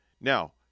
Now